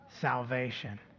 salvation